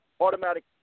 automatic